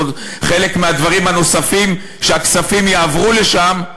חלק מהדברים הנוספים שבגללם הכספים יעברו לשם,